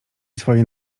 swoje